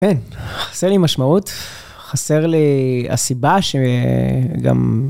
כן, חסר לי משמעות, חסר לי הסיבה שגם...